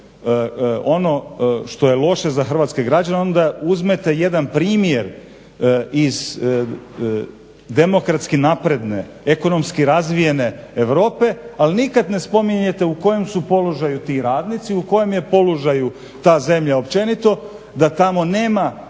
ono što je loše za hrvatske građane onda uzmete jedan primjer iz demokratski napredne, ekonomski razvijene Europe ali nikad ne spominjete u kojem su položaju ti radnici, u kojem je položaju ta zemlja općenito da tamo nema